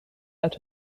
uit